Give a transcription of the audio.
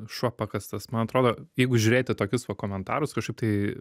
šuo pakastas man atrodo jeigu žiūrėti į tokius va komentarus kažkaip tai